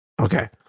Okay